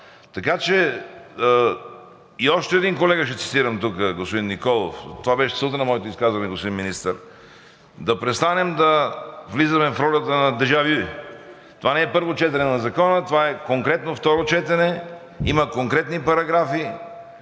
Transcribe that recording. Още един колега ще цитирам тук – господин Николов, това беше целта на моето изказване, господин Министър – да престанем да влизаме в ролята на дежавю. Това не е първо четене на Закона, това е конкретно второ четене, има конкретни параграфи.